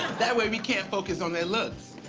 that way, we can't focus on their looks.